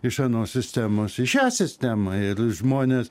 iš anos sistemos į šią sistemą ir žmonės